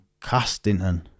Castington